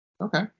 Okay